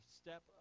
step